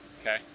Okay